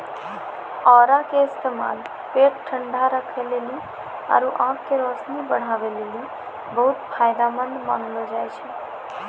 औरा के इस्तेमाल पेट ठंडा राखै लेली आरु आंख के रोशनी बढ़ाबै लेली बहुते फायदामंद मानलो जाय छै